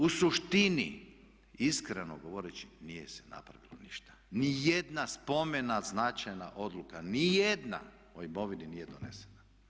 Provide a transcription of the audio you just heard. U suštini iskreno govoreći nije se napravilo ništa, ni jedna spomena značajna odluka, ni jedna o imovini nije donesena.